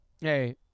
Hey